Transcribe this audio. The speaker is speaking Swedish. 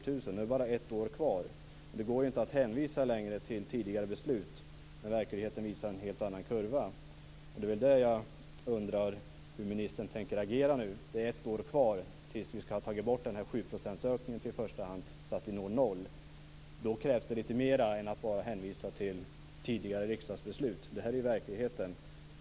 Nu är det bara ett år kvar, och då går det inte längre att hänvisa till tidigare beslut. Verkligheten visar en helt annan kurva. Jag undrar hur ministern tänker agera nu. Det är ett år kvar. Då skall vi ha tagit bort i första hand ökningen med 7 %, så att vi når noll. Då krävs det lite mer än att bara hänvisa till tidigare riksdagsbeslut. Det här är ju verkligheten.